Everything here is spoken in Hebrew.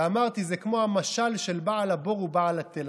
ואמרתי שזה כמו המשל של בעל הבור ובעל התל.